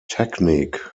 technique